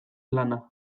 lana